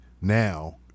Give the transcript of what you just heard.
now